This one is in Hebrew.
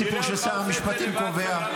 הורדנו את הסיפור ששר המשפטים קובע.